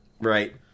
Right